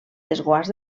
desguàs